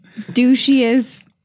douchiest